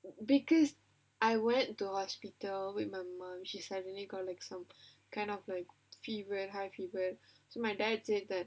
because I went to hospital with my mum she suddenly got like some kind of like fever high fever and my dad said that